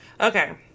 Okay